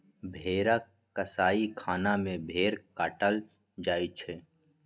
भेड़ा कसाइ खना में भेड़ काटल जाइ छइ